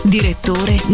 Direttore